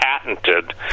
patented